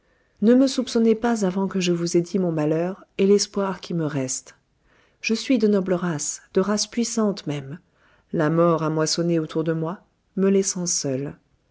ne me soupçonnez pas avant que je vous aie dit mon malheur et l'espoir qui me reste je suis de noble race de race puissante même la mort a moissonné autour de moi me laissant seule